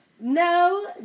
No